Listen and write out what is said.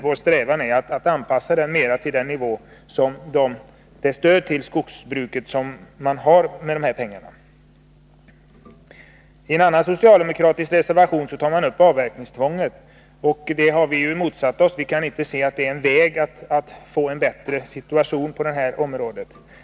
Vår strävan är att anpassa den mera till nivån på det stöd till skogsbruket som är avsett att täckas med dessa pengar. En annan socialdemokratisk reservation tar upp avverkningstvånget. Detta avverkningstvång har vi ju motsatt oss. Vi kan inte se att det är en väg att få en bättre situation på detta område.